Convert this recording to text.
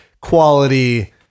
quality